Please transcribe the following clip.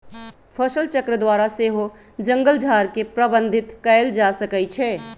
फसलचक्र द्वारा सेहो जङगल झार के प्रबंधित कएल जा सकै छइ